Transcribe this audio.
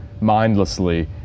mindlessly